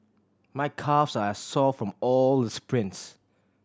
my calves are sore from all the sprints